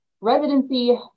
Residency